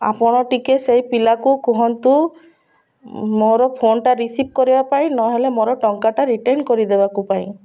ଆପଣ ଟିକେ ସେଇ ପିଲାକୁ କୁହନ୍ତୁ ମୋର ଫୋନଟା ରିସିଭ୍ କରିବା ପାଇଁ ନହେଲେ ମୋର ଟଙ୍କାଟା ରିଟର୍ଣ୍ଣ କରିଦେବାକୁ ପାଇଁ